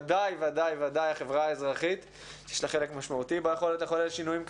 ודאי החברה האזרחית שיש לה חלק משמעותי ביכולת לחולל שינויים כאלה.